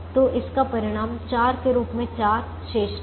तो इसका परिणाम 4 के रूप में 4 शेष रहा